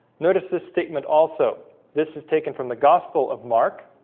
notice this statement also this is taken from the gospel of mark